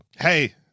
Hey